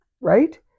Right